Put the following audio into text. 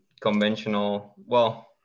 conventional—well